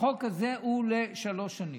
החוק הזה הוא לשלוש שנים.